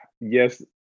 Yes